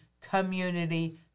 community